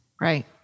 Right